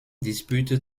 dispute